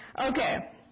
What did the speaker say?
Okay